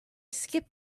skip